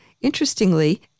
Interestingly